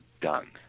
done